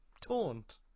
taunt